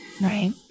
Right